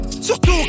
Surtout